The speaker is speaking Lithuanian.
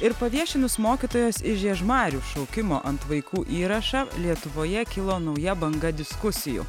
ir paviešinus mokytojos iš žiežmarių šaukimo ant vaikų įrašą lietuvoje kilo nauja banga diskusijų